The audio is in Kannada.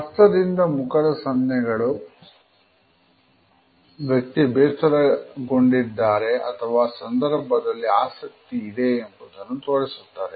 ಹಸ್ತದಿಂದ ಮುಖದ ಸನ್ನೆಗಳು ವ್ಯಕ್ತಿ ಬೇಸರಗೊಂಡಿದ್ದಾರೆ ಅಥವಾ ಸಂದರ್ಭದಲ್ಲಿ ಆಸಕ್ತಿ ಇದೆ ಎಂಬುದನ್ನು ತೋರಿಸುತ್ತದೆ